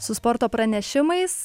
su sporto pranešimais